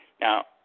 Now